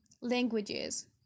languages